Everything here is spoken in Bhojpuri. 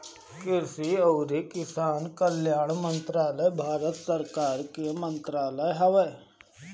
कृषि अउरी किसान कल्याण मंत्रालय भारत सरकार के मंत्रालय हवे